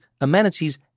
amenities